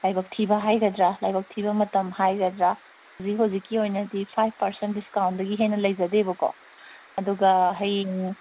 ꯂꯥꯏꯕꯛ ꯊꯤꯕ ꯍꯥꯏꯒꯗ꯭ꯔꯥ ꯂꯥꯏꯕꯛ ꯊꯤꯕ ꯃꯇꯝ ꯍꯥꯏꯒꯗ꯭ꯔꯥ ꯍꯧꯖꯤꯛ ꯍꯧꯖꯤꯛꯀꯤ ꯑꯣꯏꯅꯗꯤ ꯐꯥꯏꯕ ꯄꯥꯔꯁꯦꯟ ꯗꯤꯁꯀꯥꯎꯟꯗꯒꯤ ꯍꯦꯟꯅ ꯂꯩꯖꯗꯦꯕꯀꯣ ꯑꯗꯨꯒ ꯍꯌꯦꯡ